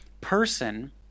person